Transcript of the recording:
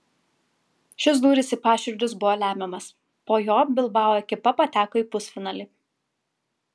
šis dūris į paširdžius buvo lemiamas po jo bilbao ekipa pateko į pusfinalį